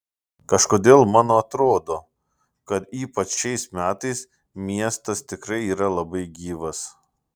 kažkodėl mano atrodo kad ypač šiais metais miestas tikrai yra labai gyvas